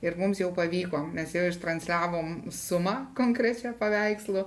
ir mums jau pavyko mes jau ištransliavome sumą konkrečią paveikslų